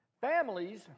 families